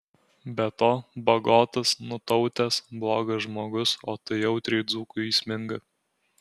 be to bagotas nutautęs blogas žmogus o tai jautriai dzūkui įsminga